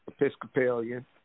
Episcopalian